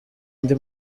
andi